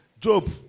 Job